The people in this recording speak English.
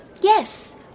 Yes